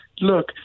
look